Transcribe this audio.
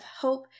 hope